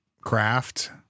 craft